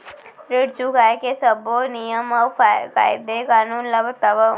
ऋण चुकाए के सब्बो नियम अऊ कायदे कानून ला बतावव